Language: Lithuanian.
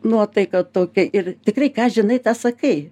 nuotaika tokia ir tikrai ką žinai tą sakai